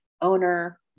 owner